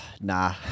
Nah